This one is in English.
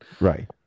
Right